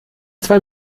zwei